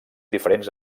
diferents